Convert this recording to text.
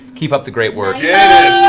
keep up the great work. yeah